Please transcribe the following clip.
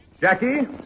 Jackie